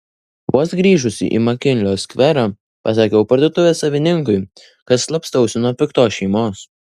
vos grįžusi į makinlio skverą pasakiau parduotuvės savininkui kad slapstausi nuo piktos šeimos